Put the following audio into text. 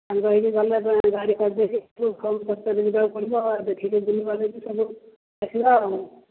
ସାଙ୍ଗ ହୋଇକି ଗଲେ ଗାଡ଼ି କରିଦେଇକି କମ୍ ଖର୍ଚ୍ଚରେ ଯିବାକୁ ପଡ଼ିବ ଦେଖିକି ବୁଲି ବାଲିକି ସବୁ ଆସିବା ଆଉ